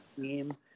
team